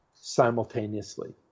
simultaneously